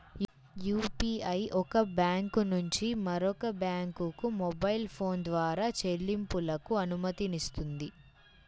UPI ఒక bank నుంచి మరొక బ్యాంకుకు మొబైల్ ఫోన్ ద్వారా చెల్లింపులకు అనుమతినిస్తుంది